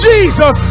Jesus